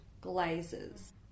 glazes